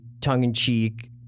tongue-in-cheek